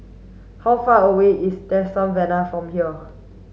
how far away is Tresor Tavern from here